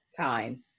time